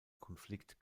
konflikt